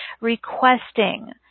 requesting